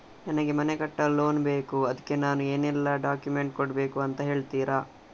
ನನಗೆ ಮನೆ ಕಟ್ಟಲು ಲೋನ್ ಬೇಕು ಅದ್ಕೆ ನಾನು ಏನೆಲ್ಲ ಡಾಕ್ಯುಮೆಂಟ್ ಕೊಡ್ಬೇಕು ಅಂತ ಹೇಳ್ತೀರಾ?